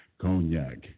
cognac